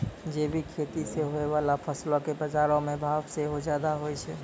जैविक खेती से होय बाला फसलो के बजारो मे भाव सेहो ज्यादा होय छै